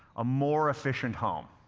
a more efficient home.